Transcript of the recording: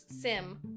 Sim